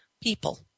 people